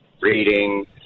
reading